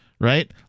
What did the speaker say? right